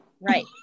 Right